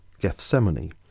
Gethsemane